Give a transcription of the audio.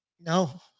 no